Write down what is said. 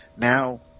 Now